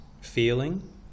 feeling